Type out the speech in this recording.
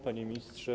Panie Ministrze!